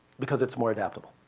because it's more adaptable.